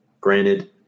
Granted